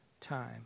time